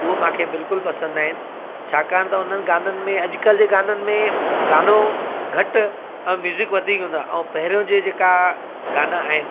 उहो मूंखे बिल्कुलु पसंदि नाहिनि छाकाणि त हुननि गाननि में अॼुकल्ह जे गाननि में गानो घटि ऐं म्यूज़िक वधीक हूंदो आहे ऐं पहिंरेयो जे जेका गाना आहिनि